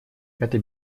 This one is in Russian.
это